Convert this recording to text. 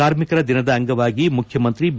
ಕಾರ್ಮಿಕರ ದಿನದ ಅಂಗವಾಗಿ ಮುಖ್ಯಮಂತ್ರಿ ಬಿ